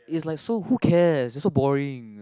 is like so who cares is so boring